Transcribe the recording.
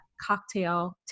cocktail